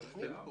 כמה